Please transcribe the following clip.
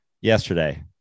Yesterday